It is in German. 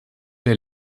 der